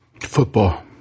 Football